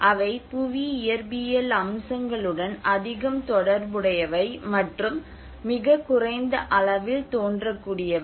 அவை புவி இயற்பியல் அம்சங்களுடன் அதிகம் தொடர்புடையவை மற்றும் மிகக் குறைந்த அளவில் தோன்றக்கூடியவை